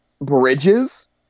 bridges